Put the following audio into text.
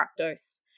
fructose